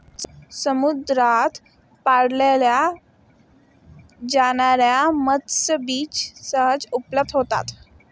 समुद्रात पाळल्या जाणार्या मत्स्यबीज सहज उपलब्ध होतात